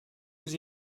yüz